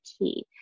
key